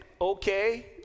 okay